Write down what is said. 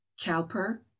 Cowper